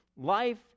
Life